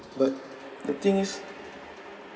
but the thing is